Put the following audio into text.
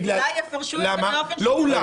אולי יפרשו את זה באופן --- לא אולי,